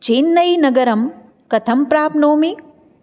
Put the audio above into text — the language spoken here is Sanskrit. चेन्नैनगरं कथं प्राप्नोमि